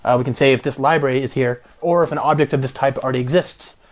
ah we can say if this library is here, or if an object of this type already exists,